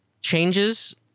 changes